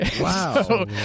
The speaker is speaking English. Wow